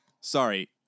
Sorry